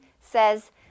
says